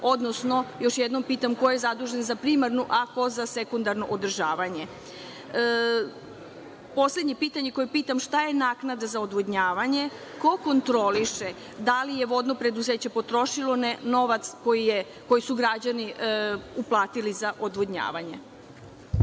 odnosno još jednom pitam ko je zadužen za primarno, a ko za sekundarno održavanje? Poslednje pitanje koje pitam je šta je naknada za odvodnjavanje? Ko kontroliše da li je vodno preduzeće potrošilo novac koji su građani uplatili za odvodnjavanje?